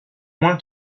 moins